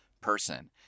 person